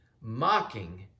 mocking